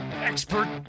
expert